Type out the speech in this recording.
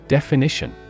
Definition